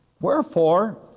Wherefore